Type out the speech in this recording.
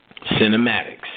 cinematics